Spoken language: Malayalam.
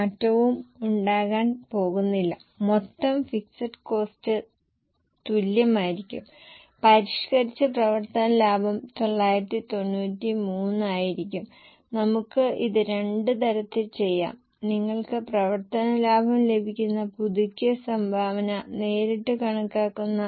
ഇപ്പോൾ സാധാരണ ശുഭാപ്തിവിശ്വാസികളുടെ വിൽപ്പന വില 5012 ആയിരിക്കും അശുഭാപ്തിവിശ്വാസികൾക്ക് 5093 ആയിരിക്കും ഇത് എങ്ങനെ കണക്കാക്കാമെന്ന് നിങ്ങൾക്കറിയാമോ ഞങ്ങൾക്ക് യൂണിറ്റിന് ചിലവ് ലഭിക്കുകയും 20 ശതമാനം കൂട്ടുകയും ചെയ്യുന്നു